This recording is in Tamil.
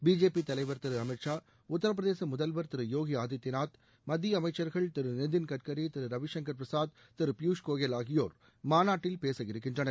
பிஜேபி தலைவர் திரு அமித்ஷா உத்தரப்பிரதேச முதல்வர் திரு யோகி ஆதித்யநாத் மத்திய அமைச்சர்கள் திரு நிதின் கட்கரி திரு ரவிசங்கள் பிரசாத் திரு பியூஷ் கோயல் ஆகியோர் மாநாட்டில் பேச இருக்கின்றனர்